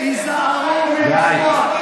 היזהרו מלשמוע, די.